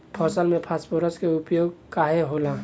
फसल में फास्फोरस के उपयोग काहे होला?